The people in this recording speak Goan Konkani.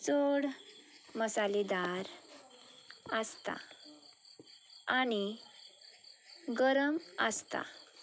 चड मसालेदार आसता आनी गरम आसता